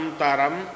taram